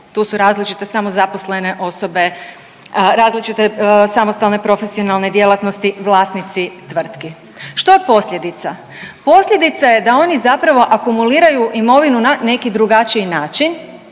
Tu su različite samo zaposlene osobe različite samostalne profesionalne djelatnosti, vlasnici tvrtki. Što je posljedica? Posljedica je da oni zapravo akumuliraju imovinu na neki drugačiji način